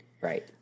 right